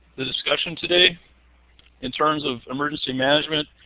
the discussion today in terms of emergency management.